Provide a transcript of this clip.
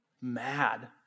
mad